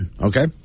Okay